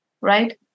right